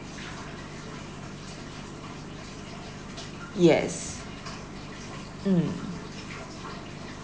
yes mm